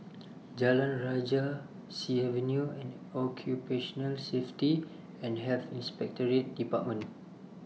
Jalan Rajah Sea Avenue and Occupational Safety and Health Inspectorate department